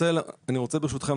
ברשותכם,